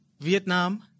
Vietnam